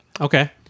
okay